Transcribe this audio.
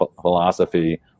philosophy